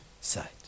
side